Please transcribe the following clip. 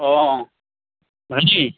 অঁ অঁ মাহী